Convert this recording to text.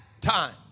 time